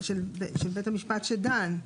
של בית המשפט שדן,